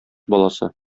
баласы